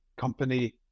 company